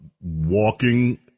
walking